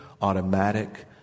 automatic